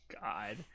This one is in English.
God